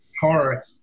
horror